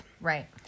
Right